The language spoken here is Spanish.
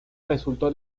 resultó